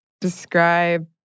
describe